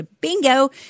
Bingo